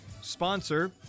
sponsor